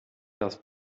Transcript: das